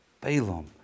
Balaam